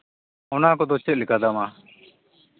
ᱚᱱᱟ ᱠᱚᱫᱚ ᱪᱮᱫ ᱞᱮᱠᱟ ᱫᱟᱢᱟ